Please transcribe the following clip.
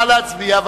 נא להצביע.